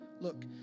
Look